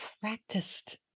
practiced